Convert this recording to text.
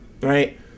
right